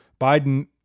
Biden